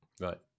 Right